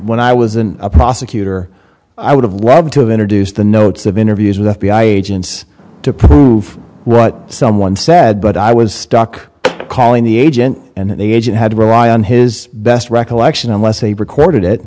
when i was in a prosecutor i would have loved to introduce the notes of interviews with f b i agents to prove what someone said but i was stuck calling the agent and the agent had to rely on his best recollection unless he recorded it